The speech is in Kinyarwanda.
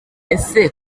ese